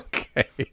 Okay